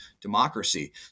democracy